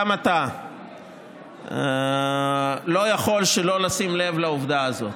גם אתה לא יכול שלא לשים לב לעובדה הזאת.